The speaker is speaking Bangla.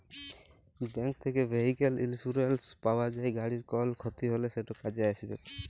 ব্যাংক থ্যাকে ভেহিক্যাল ইলসুরেলস পাউয়া যায়, গাড়ির কল খ্যতি হ্যলে সেট কাজে আইসবেক